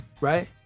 Right